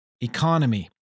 economy